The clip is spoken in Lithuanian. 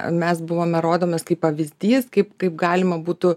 mes buvome rodomas kaip pavyzdys kaip kaip galima būtų